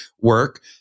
work